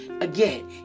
Again